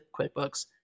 QuickBooks